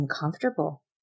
uncomfortable